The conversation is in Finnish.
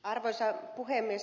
arvoisa puhemies